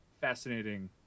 fascinating